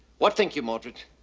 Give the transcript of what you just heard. what think you, mordred?